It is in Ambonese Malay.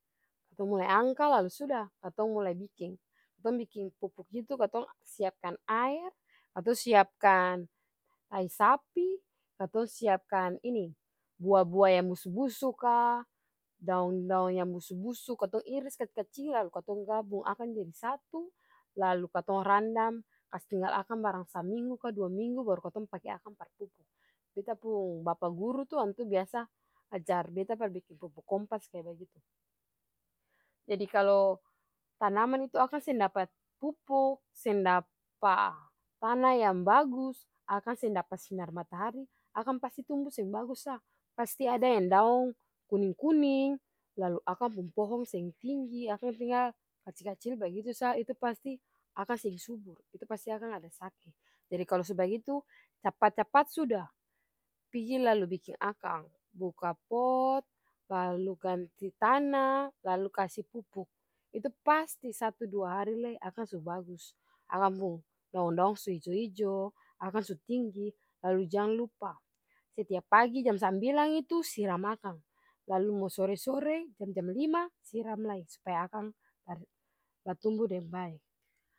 Katong mulai angka lalu suda katong mulai biking, katong biking pupuk itu katong siapkan aer, katong siapkan tai sapi, katong siapkan ini bua-bua yang busu-busu ka, daong-daong yang busu-busu katong iris kacil-kacil lalu katong gabung akang jadi satu lalu katong randam kastinggal akang barang saminggu ka dua minggu baru katong pake akang par pupuk. Beta pung bapa guru tuh antua biasa ajar beta par biking pupuk kompas kaya bagitu. Jadi kalu tanaman itu akang seng dapa pupuk seng dapa tana yang bagus akang seng dapa sinar matahari akang pasti tumbu seng bagus sa, pasti ada yang daong kuning-kuning lalu akang pung pohong seng tinggi akang tinggal kacil-kacil bagitu sa itu pasti akang seng subur itu pasti akang ada saki, jadi kalu su bagitu capat-capat suda pigi lalu biking akang, buka pot lalu ganti tana lalu kasi pupuk itu pasti satu dua hari lai akang su bagus, akang pung daong-daong su ijo-ijo akang su tinggi lalu jang lupa setiap pagi jam sambilang itu siram akang lalu mo sore-sore jam-jam lima siram lai supaya akang batumbu deng bae.